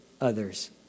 others